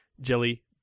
Jelly